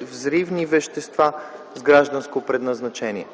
взривни вещества с гражданско предназначение.